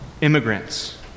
immigrants